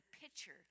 picture